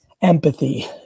empathy